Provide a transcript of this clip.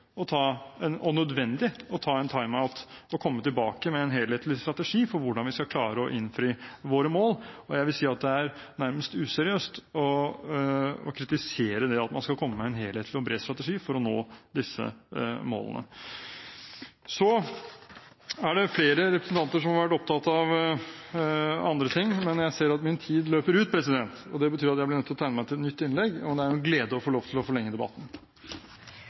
å ta en «time out» og komme tilbake med en helhetlig strategi for hvordan vi skal klare å innfri våre mål. Det er nærmest useriøst å kritisere det at man skal komme med en helhetlig og bred strategi for å nå disse målene. Det er flere representanter som har vært opptatt av andre ting, men jeg ser at min tid løper ut. Det betyr at jeg blir nødt til å tegne meg til et nytt innlegg, og det er en glede å få lov til å forlenge debatten.